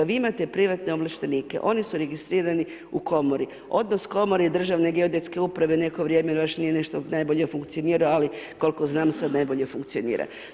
Vi imate privatne ovlaštenike, oni su registrirani u komori, odnos komore i Državne geodetske uprave neko vrijeme baš nije nešto najbolje funkcionirao ali koliko znam, sad najbolje funkcionira.